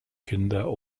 kinder